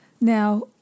Now